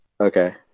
Okay